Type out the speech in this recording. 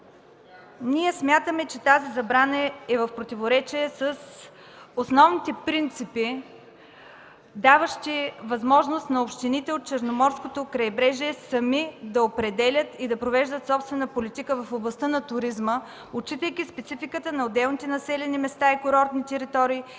Смятаме, че тази забрана е в противоречие с основните принципи, даващи възможност на общините от Черноморското крайбрежие сами да определят и да провеждат собствена политика в областта на туризма, отчитайки спецификата на отделните населени места и курортни територии,